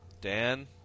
Dan